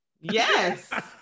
Yes